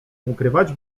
ukrywać